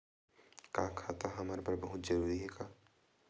का खाता हमर बर बहुत जरूरी हे का?